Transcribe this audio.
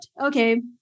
okay